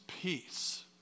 peace